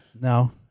No